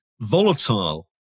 volatile